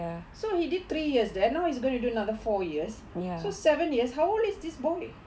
so he did three years there now is going to do another four years so seven years how old is this boy